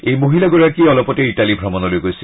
এই মহিলাগৰাকী অলপতে ইটালী ভ্ৰমণলৈ গৈছিল